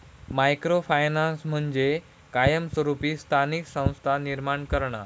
micro finance म्हणजे कायमस्वरूपी स्थानिक संस्था निर्माण करणा